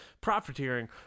profiteering